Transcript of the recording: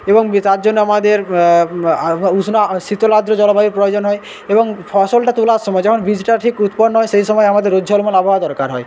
এবং তার জন্য আমাদের উষ্ণ শীতল আদ্র জলবায়ুর প্রয়োজন হয় এবং ফসলটা তোলার সময় যখন বীজটা ঠিক উৎপন্ন হয় সেই সময় আমাদের রোদ ঝলমল আবহাওয়া দরকার হয়